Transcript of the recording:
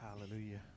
Hallelujah